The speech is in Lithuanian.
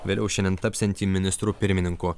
vėliau šiandien tapsiantį ministru pirmininku